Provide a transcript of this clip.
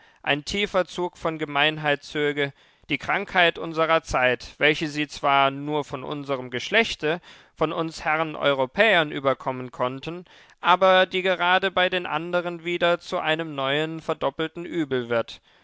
ein tiefer zug von gemeinheit zöge die krankheit unserer zeit welche sie zwar nur von unserem geschlechte von uns herren europäern überkommen konnten aber die gerade bei den anderen wieder zu einem neuen verdoppelten übel wird